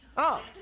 oh